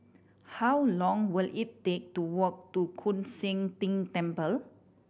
how long will it take to walk to Koon Seng Ting Temple